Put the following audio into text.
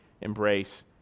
embrace